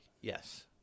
Yes